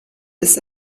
bis